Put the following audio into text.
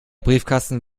briefkasten